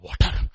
water